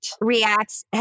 reacts